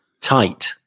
tight